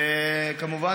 וכמובן,